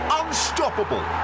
unstoppable